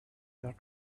that